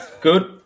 Good